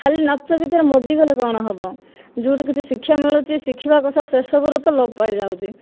ଖାଲି ନାଚ ଗୀତରେ ମଜିଗଲେ କଣ ହେବ ଯେଉଁଠୁ କିଛି ଶିକ୍ଷା ମିଳୁଛି ଶିଖିବା କଥା ସେ ସବୁର ତ ଲୋପ୍ ପାଇଯାଉଛି